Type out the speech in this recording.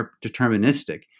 deterministic